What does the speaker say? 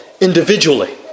individually